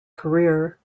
career